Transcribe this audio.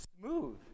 smooth